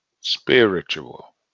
spiritual